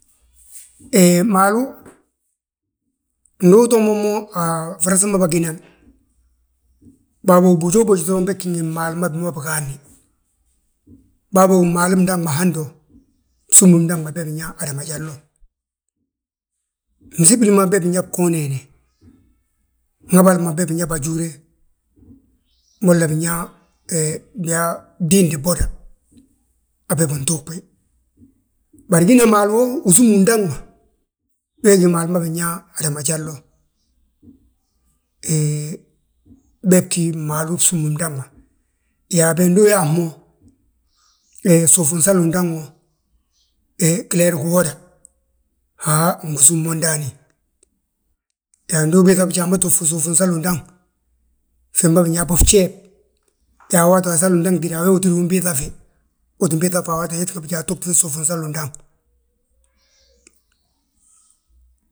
Hee, maalu ndu utoo mo, mo a frasa ma bâginan, waabo bojoo boji bég gí ngi maalu ma wi ma bigaadni. Bâbógi bmaalu mdaŋ ma hando, bsúmi mdaŋ ma be binyaa adama jalo. Msibili ma be binyaa goonee, mhabali ma, be binyaa bajúre, bolla binyaa, biyaa bdiindi bwoda habe bintuugbi. Bari wina maalu wo, usúmi undaŋ ma, wee gí maalu ma binyaa adamajalo. He, bee gí mmaalu bsúmi mdaŋ ma. Yaa be ndu uyaaŧi mo, suufin salu undaŋ wo, he gileer giwoda, haa ngi súm mo ndaani. Yaa ndu ubiiŧa bijaa ma tuugfi suufin salu udaŋ, fi ma binyaa bo fjeeb, yaa awaati we asalu undaŋ tída, a weewi tídi umbiiŧa fi. Uu ttin biiŧafi, wi ma wi tínga bijaa ma tuugtifi suufi salu undaŋ.